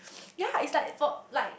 ya it's like for like